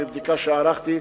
מבדיקה שערכתי,